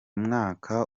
mwaka